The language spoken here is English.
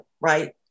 right